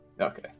Okay